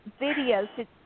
videos